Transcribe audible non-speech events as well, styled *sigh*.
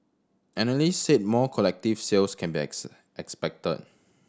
analysts said more collective sales can be *unintelligible* expected